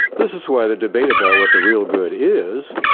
this is why the debate about what the real good is,